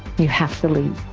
you have to leave.